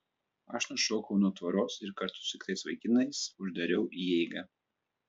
aš nušokau nuo tvoros ir kartu su kitais vaikinais uždariau įeigą